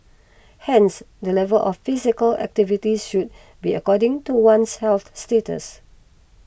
hence the level of physical activity should be according to one's health status